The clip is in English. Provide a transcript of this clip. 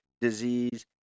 disease